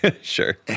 Sure